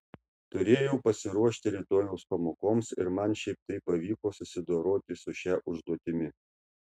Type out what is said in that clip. turėjau pasiruošti rytojaus pamokoms ir man šiaip taip pavyko susidoroti su šia užduotimi